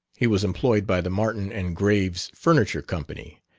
he was employed by the martin and graves furniture company,